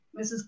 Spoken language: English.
Mrs